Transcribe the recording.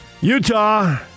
Utah